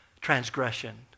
transgression